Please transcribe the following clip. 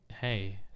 Hey